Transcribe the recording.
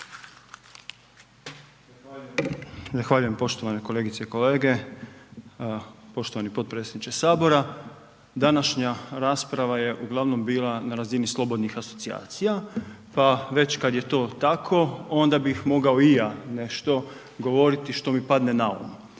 Zahvaljujem poštovane kolegice i kolege. Poštovani potpredsjedniče Sabora. Današnja rasprava je uglavnom bila na razini slobodnih asocijacija pa već kad je to tako onda bih mogao i ja nešto govoriti što mi padne na um.